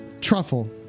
Truffle